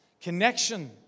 connection